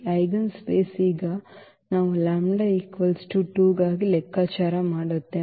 eigenspace ಈಗ ನಾವು λ 2 ಗಾಗಿ ಲೆಕ್ಕಾಚಾರ ಮಾಡುತ್ತೇವೆ